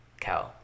cow